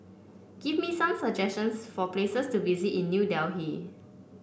give me some suggestions for places to visit in New Delhi